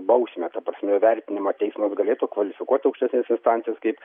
bausmę ta prasme vertinimą teismas galėtų kvalifikuoti aukštesnės instancijos kaip